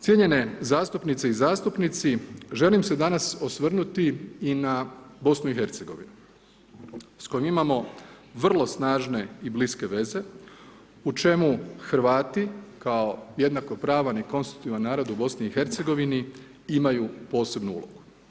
Cijenjene zastupnice i zastupnici, želim se danas osvrnuti i na BiH s kojom imamo vrlo snažne i bliske veze, u čemu Hrvati kao jednakopravan i konstitutivan narod BiH-u, imaju posebnu ulogu.